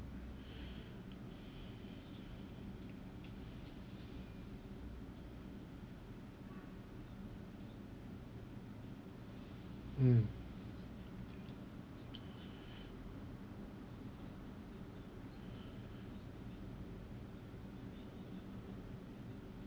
mm